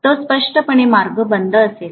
तो स्पष्टपणे मार्ग बंद असेल